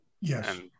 Yes